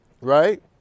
right